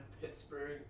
Pittsburgh